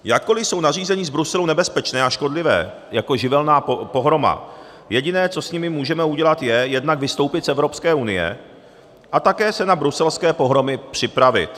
Jakkoli jsou nařízení z Bruselu nebezpečná a škodlivá jako živelní pohroma, jediné, co s nimi můžeme udělat, je jednak vystoupit z Evropské unie a také se na bruselské pohromy připravit.